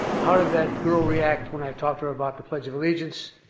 how did that girl react when i talked to her about the pledge of allegiance?